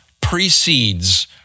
precedes